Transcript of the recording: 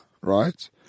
right